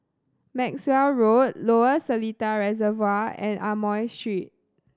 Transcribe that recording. Maxwell Road Lower Seletar Reservoir and Amoy Street